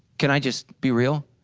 can i just be real?